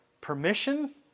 permission